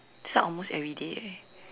this one almost everyday eh